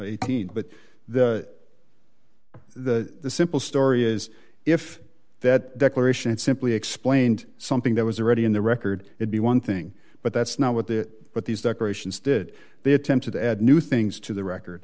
eighteen but that the simple story is if that simply explained something that was already in the record it be one thing but that's not what the but these decorations did they attempted to add new things to the record